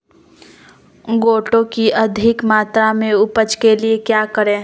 गोटो की अधिक मात्रा में उपज के लिए क्या करें?